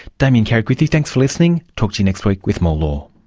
damien carrick with you, thanks for listening, talk to you next week with more law